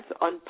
on